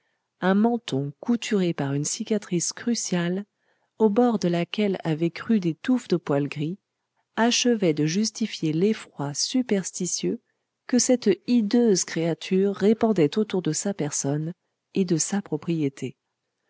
un menton couturé par une cicatrice cruciale aux bords de laquelle avaient crû des touffes de poils gris achevaient de justifier l'effroi superstitieux que cette hideuse créature répandait autour de sa personne et de sa propriété